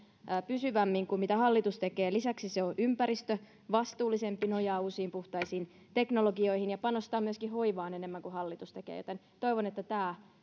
pysyvämmin kuin mitä hallitus tekee lisäksi se on ympäristövastuullisempi nojaa uusiin puhtaisiin teknologioihin ja panostaa myöskin hoivaan enemmän kuin hallitus tekee joten toivon että tämä